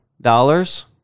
dollars